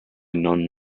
non